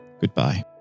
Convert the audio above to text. goodbye